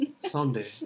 Someday